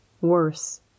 Worse